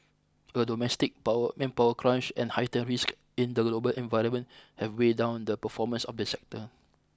a domestic power manpower crunch and heightened risks in the global environment have weighed down the performance of the sector